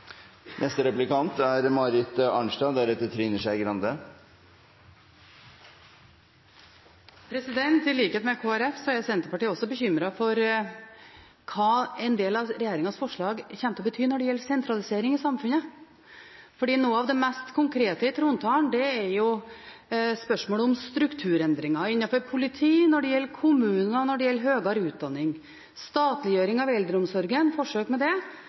I likhet med Kristelig Folkeparti er Senterpartiet bekymret for hva en del av regjeringens forslag kommer til å bety når det gjelder sentralisering i samfunnet. Noe av det mest konkrete i trontalen er jo spørsmålet om strukturendringer – innafor politiet, når det gjelder kommuner, når det gjelder høyere utdanning, forsøk med statliggjøring av eldreomsorgen og også det